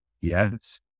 Yes